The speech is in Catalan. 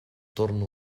torna